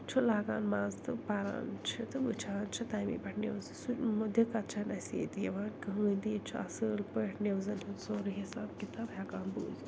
چھُ لاگان مزٕ تہٕ پران چھِ تہٕ وٕچھان چھِ تَمے پٮ۪ٹھ نِوزٕ سُہ دِقت چھَنہٕ اَسہِ ییٚتہِ یِوان کٕہۭنۍ تہِ ییٚتہِ چھُ اصٕل پٲٹھۍ نِوزن ہُنٛد سورٕے حِساب کِتاب ہٮ۪کان بوٗزِتھ